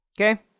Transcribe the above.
Okay